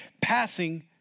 passing